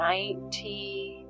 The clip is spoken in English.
Nineteen